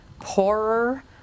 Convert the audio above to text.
poorer